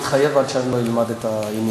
אני לא מתחייב עד שאני אלמד את העניין.